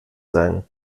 sein